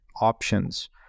options